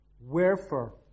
Wherefore